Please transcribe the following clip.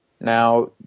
Now